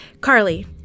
Carly